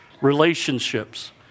relationships